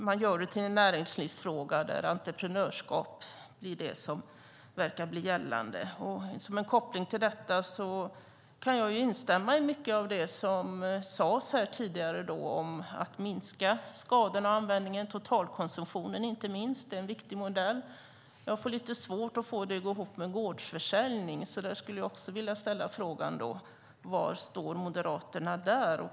Man gör det då till en näringslivsfråga där entreprenörskap verkar bli det som blir gällande. Som en koppling till detta kan jag instämma i mycket av det som sades här tidigare om att minska skadorna och användningen. Det gäller inte minst att minska totalkonsumtionen; det är en viktig modell. Jag har lite svårt att få detta att gå ihop med gårdsförsäljning. Jag skulle vilja ställa frågan: Var står Moderaterna där?